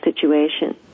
situation